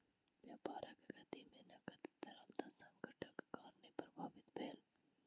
व्यापारक गति में नकद तरलता संकटक कारणेँ प्रभावित भेल